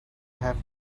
have